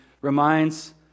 reminds